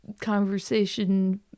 conversation